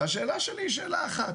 השאלה שלי היא שאלה אחת: